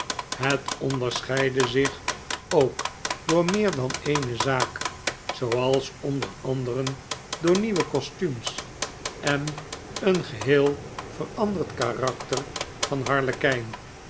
het onderscheidde zich ook door meer dan eene zaak zooals onder anderen door nieuwe kostumes en een geheel veranderd karakter van harlekijn